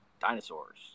dinosaurs